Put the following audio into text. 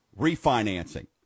refinancing